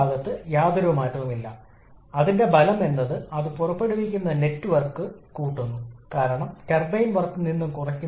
സമ്മർദ്ദമായി അനുപാതം വർദ്ധിക്കുന്നു താപ കാര്യക്ഷമതയും വർദ്ധിക്കുന്നു